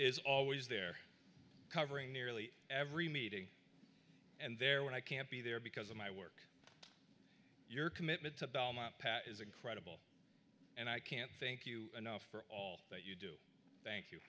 is always there covering nearly every meeting and there when i can't be there because of my work your commitment to belmont pat is incredible and i can't thank you enough for all that you do thank you